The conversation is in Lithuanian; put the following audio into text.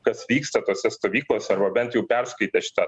kas vyksta tose stovyklose arba bent jau perskaitę šitą